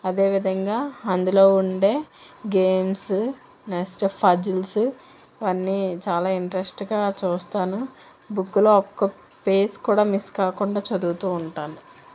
అదే విధంగా అందులో ఉండే గేమ్స్ నెస్ట్ ఫజిల్స్ అవన్నీ చాలా ఇంట్రెస్ట్గా చూస్తాను బుక్కులో ఒక్క పేజ్ కూడా మిస్ కాకుండా చదువుతూ ఉంటాను